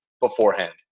beforehand